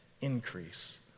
increase